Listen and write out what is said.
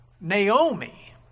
Naomi